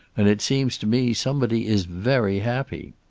and it seems to me somebody is very happy.